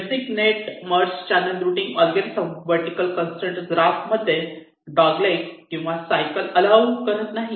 basic net merge channel routing algorithm vertical constraint graph मध्ये dog leg किंवा cycle allow करत नाही